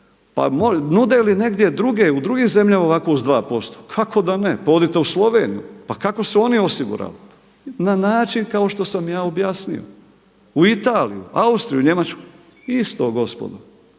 li negdje drugdje u drugim zemljama ovako uz 2%? Kako da ne, pa odite u Sloveniju, pa kako su oni osigurali? Na način kao što sam ja objasnio. U Italiju, Austriju, Njemačku isto gospodo.